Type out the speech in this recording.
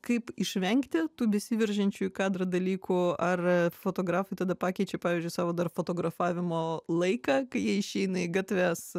kaip išvengti tų besiveržiančių į kadrą dalykų ar fotografai tada pakeičia pavyzdžiui savo dar fotografavimo laiką kai jie išeina į gatves